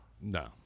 No